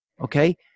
Okay